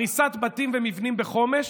הריסת בתים ומבנים בחומש